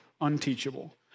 unteachable